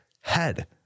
head